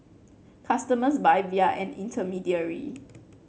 customers buy via an intermediary